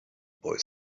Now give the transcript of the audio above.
boy